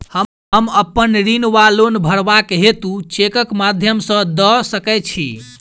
हम अप्पन ऋण वा लोन भरबाक हेतु चेकक माध्यम सँ दऽ सकै छी?